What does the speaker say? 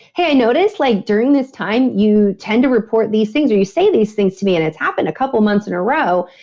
hey, i notice like during this time you tend to report these things where you say these things to me and it's happened a couple months in a row.